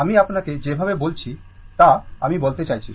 আমি আপনাকে যেভাবে বলেছি তা আমি বলতে চাইছি